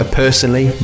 personally